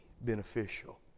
beneficial